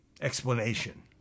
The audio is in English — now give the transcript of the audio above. explanation